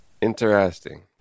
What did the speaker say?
interesting